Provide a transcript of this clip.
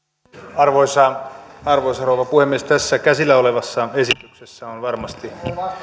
arvoisa arvoisa rouva puhemies tässä käsillä olevassa esityksessä on varmasti